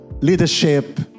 leadership